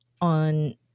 on